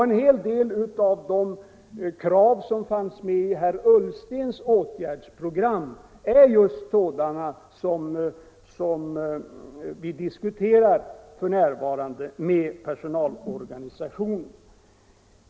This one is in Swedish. En hel del av de krav som fanns med i herr Ullstens åtgärdsprogram är just sådana som vi f.n. diskuterar med personalorganisationerna.